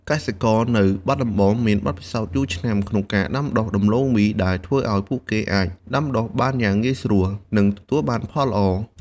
កសិករនៅបាត់ដំបងមានបទពិសោធន៍យូរឆ្នាំក្នុងការដាំដុះដំឡូងមី ដែលធ្វើឱ្យពួកគេអាចដាំដុះបានយ៉ាងងាយស្រួល និងទទួលបានផលល្អ។